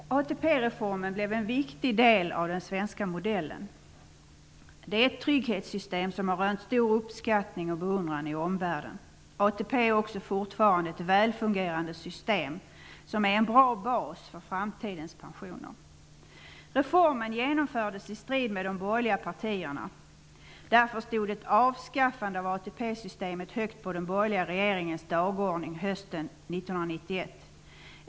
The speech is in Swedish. Herr talman! ATP-reformen blev en viktig del av den svenska modellen. Det är ett trygghetssystem som har rönt stor uppskattning och beundran i omvärlden. ATP är också fortfarande ett välfungerande system som är en bra bas för framtidens pensioner. Reformen genomfördes i strid med de borgerliga partierna. Därför stod ett avskaffande av ATP systemet högt på den borgerliga regeringens dagordning hösten 1991.